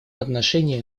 отношении